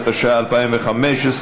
התשע"ה 2015,